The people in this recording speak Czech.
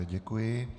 Děkuji.